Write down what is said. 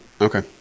Okay